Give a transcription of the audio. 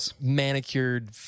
Manicured